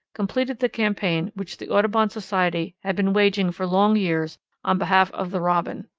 completed the campaign which the audubon society had been waging for long years on behalf of the robin.